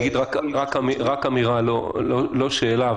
רק אמירה לא שאלה: